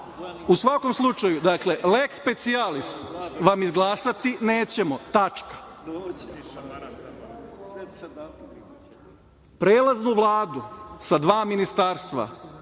svakom slučaju, dakle, leh specijalis vam izglasati nećemo. Tačka. Prelaznu Vladu, sa dva ministarstva,